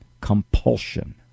Compulsion